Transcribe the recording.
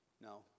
no